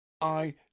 I